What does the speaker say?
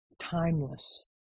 timeless